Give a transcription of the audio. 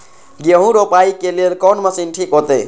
गेहूं रोपाई के लेल कोन मशीन ठीक होते?